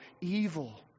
evil